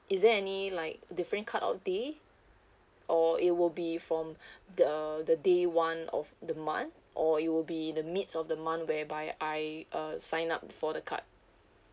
is there any like different cutoff day or it will be from the the day one of the month or it will be in the midst of the month whereby I uh signed up for the card